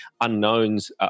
unknowns